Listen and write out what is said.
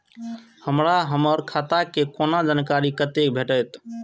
हमरा हमर खाता के कोनो जानकारी कतै भेटतै?